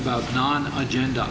about non agenda